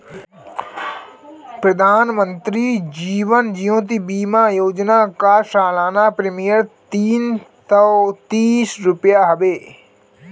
प्रधानमंत्री जीवन ज्योति बीमा योजना कअ सलाना प्रीमियर तीन सौ तीस रुपिया हवे